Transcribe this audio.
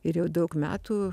ir jau daug metų